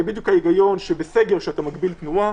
זה בדיוק ההיגיון בסגר כשאתה מגביל תנועה,